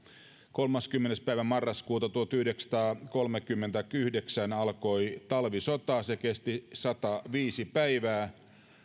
kolmaskymmenes päivä marraskuuta tuhatyhdeksänsataakolmekymmentäyhdeksän alkoi talvisota se kesti sataviisi päivää